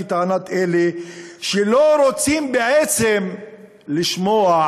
כטענת אלה שלא רוצים בעצם לשמוע